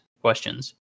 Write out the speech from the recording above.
questions